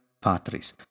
patris